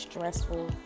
Stressful